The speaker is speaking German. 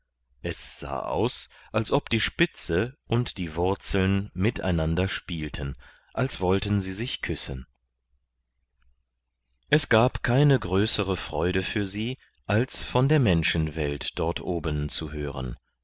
es sah aus als ob die spitze und die wurzeln mit einander spielten als wollten sie sich küssen es gab keine größere freude für sie als von der menschenwelt dort oben zu hören